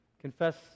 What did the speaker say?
Confess